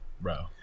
bro